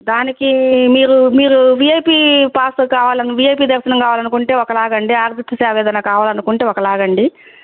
దానికి మీరు మీరు విఐపి పాసు కావాల విఐపీ దర్శనం కావాలనుకుంటే ఒకలాగ అండి ఆర్జిత సేవ ఏదైనా కావాలి అనుకుంటే ఒకలాగండి